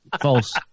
False